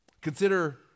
Consider